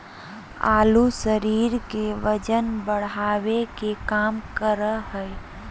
आलू शरीर के वजन बढ़ावे के काम करा हइ